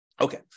Okay